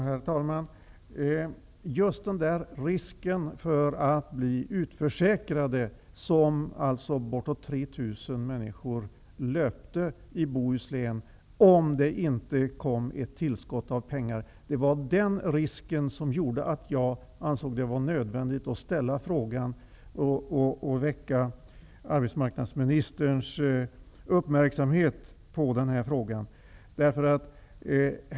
Herr talman! Det var just risken för att bli utförsäkrad, som bortåt 3 000 människor i Bohuslän löpte om det inte kom ett tillskott av pengar, som gjorde att jag ansåg att det var nödvändigt att ställa frågan och väcka arbetsmarknadsministerns uppmärksamhet på detta.